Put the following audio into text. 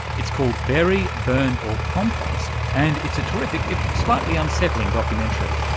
it's called bury burn or compost and it's a terrific, if slightly unsettling, documentary.